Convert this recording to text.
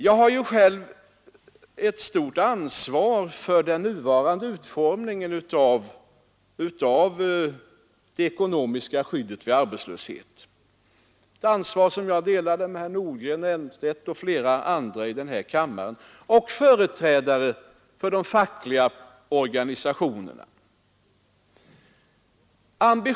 Jag har själv ett stort ansvar för den nuvarande utformningen av det ekonomiska skyddet vid arbetslöshet, ett ansvar som jag delar med herrar Nordgren, Elmstedt och flera andra i denna kammare och med företrädare för de fackliga organisationerna.